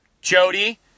Jody